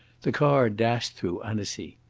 the car dashed through annecy.